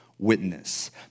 Witness